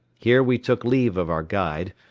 here we took leave of our guide,